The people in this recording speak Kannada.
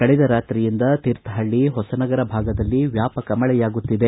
ಕಳೆದ ರಾತ್ರಿಯಿಂದ ತೀರ್ಥಹಳ್ಳಿ ಹೊಸನಗರ ಭಾಗದಲ್ಲಿ ವ್ಯಾಪಕ ಮಳೆಯಾಗುತ್ತಿದೆ